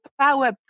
power